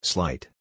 Slight